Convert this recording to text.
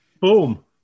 boom